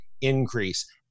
increase